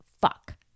fuck